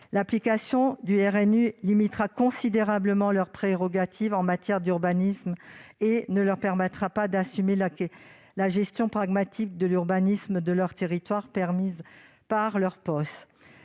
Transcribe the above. l'application du RNU limitera considérablement leurs prérogatives en matière d'urbanisme et ne leur permettra plus d'assurer la gestion pragmatique de l'urbanisme de leur territoire. Dès lors,